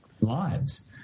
lives